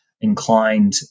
inclined